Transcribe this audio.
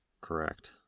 Correct